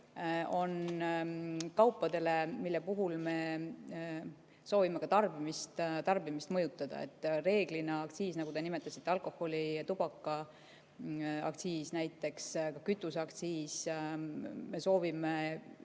on kaupadele, mille puhul me soovime ka tarbimist mõjutada. Reeglina aktsiisiga, nagu te nimetasite, alkoholi- ja tubakaaktsiis näiteks, ka kütuseaktsiis, me soovime